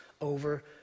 over